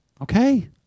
Okay